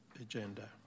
agenda